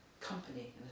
company